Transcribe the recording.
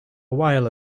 while